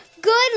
good